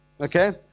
Okay